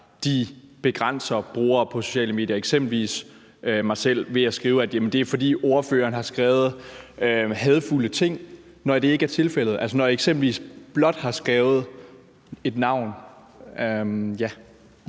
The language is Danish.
de begrænser brugere på sociale medier, eksempelvis mig selv, ved at skrive, at det er, fordi jeg har skrevet hadefulde ting, når det ikke er tilfældet, altså når jeg eksempelvis blot har skrevet et navn? Kl.